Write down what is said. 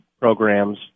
programs